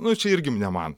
nu čia irgi ne man